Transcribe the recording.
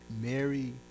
Mary